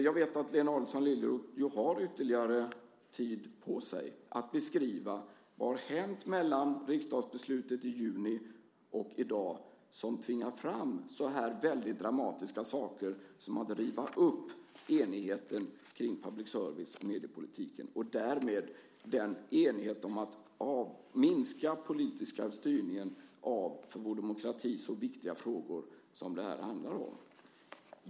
Jag vet att Lena Adelsohn Liljeroth har ytterligare tid på sig att beskriva vad som har hänt mellan riksdagsbeslutet i juni och i dag och som tvingar fram så här väldigt dramatiska saker som att riva upp enigheten kring public service och mediepolitiken och därmed enigheten om att minska den politiska styrningen av för vår demokrati så viktiga frågor som det här handlar om.